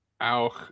Auch